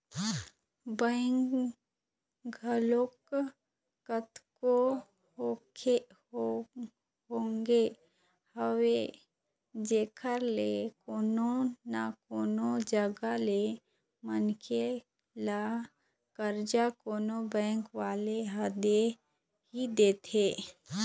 bank घलोक कतको होगे हवय जेखर ले कोनो न कोनो जघा ले मनखे ल करजा कोनो बेंक वाले ह दे ही देथे